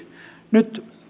nyt